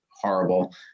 horrible